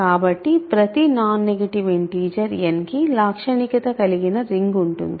కాబట్టి ప్రతి non negative integer n కి n లాక్షణికత కలిగిన రింగ్ ఉంటుంది